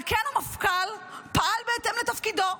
על כן, המפכ"ל פעל בהתאם לתפקידו.